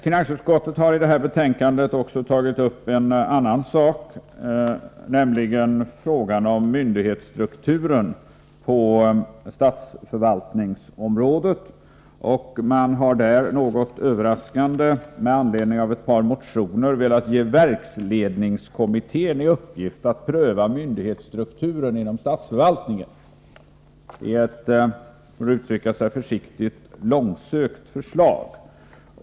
Finansutskottet har i detta betänkande också tagit upp en annan sak, nämligen frågan om myndighetsstrukturen på statsförvaltningsområdet. Man har där med anledning av ett par motioner något överraskande velat ge verksledningskommittén i uppgift att pröva myndighetsstrukturen inom statsförvaltningen i ett — för att uttrycka sig försiktigt — långsökt förslag.